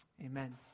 Amen